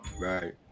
right